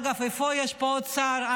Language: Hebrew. אגב, איפה יש פה עוד שר?